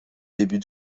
début